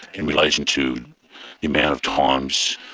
in relation to the amount of times,